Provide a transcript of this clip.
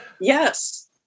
Yes